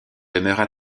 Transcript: demeurent